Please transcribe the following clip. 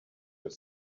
your